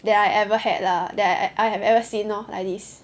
that I ever had lah that I have ever seen lor like this